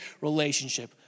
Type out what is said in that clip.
relationship